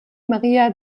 maria